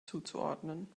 zuzuordnen